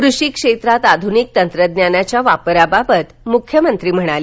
कृषी क्षेत्रात आधूनिक तंत्रज्ञानाच्या वापराबाबत मुख्यमंत्री म्हणाले